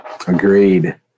Agreed